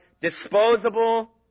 disposable